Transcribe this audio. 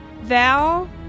Val